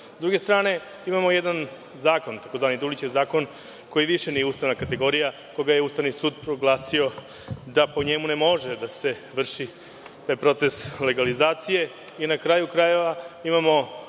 S druge strane, imamo jedan zakon, tzv. Dulićev zakon, koji više nije ustavna kategorija, koga je Ustavni sud proglasio da, po njemu, ne može, da se vrši proces legalizacije. Na kraju krajeva, imamo